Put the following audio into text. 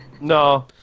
No